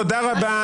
תודה רבה